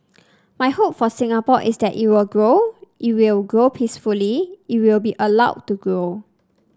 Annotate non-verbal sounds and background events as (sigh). (noise) my hope for Singapore is that it will grow it will grow peacefully it will be allowed to grow